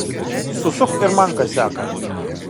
susuk ir man kasiaką